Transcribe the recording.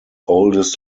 oldest